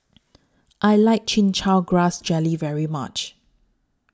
I like Chin Chow Grass Jelly very much